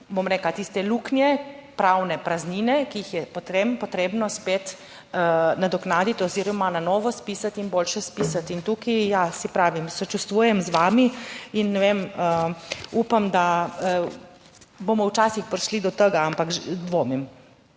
bom rekla, tiste luknje, pravne praznine, ki jih je potem potrebno spet nadoknaditi oziroma na novo spisati in boljše spisati. In tukaj, ja, saj pravim, sočustvujem z vami in ne vem, upam, da bomo včasih prišli do tega, ampak dvomim.